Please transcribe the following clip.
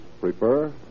prefer